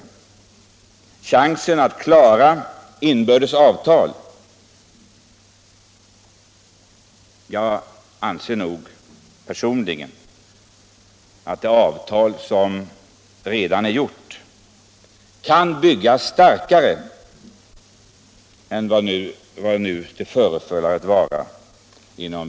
När det gäller möjligheterna att åstadkomma inbördes avtal anser jag personligen att det inom virkesrådets ram redan träffade avtalet kan förstärkas. Herr talman!